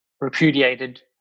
repudiated